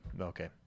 Okay